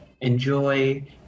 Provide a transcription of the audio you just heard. enjoy